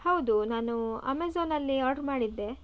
ಹೌದು ನಾನು ಅಮೆಝಾನಲ್ಲಿ ಆರ್ಡ್ರು ಮಾಡಿದ್ದೆ